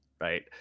right